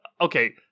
Okay